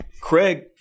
Craig